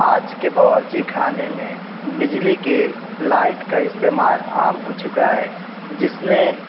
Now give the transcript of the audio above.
آج کے باورچی خانے میں بجلی کے لائٹ کا استعمال عام ہو چکا ہے جس نے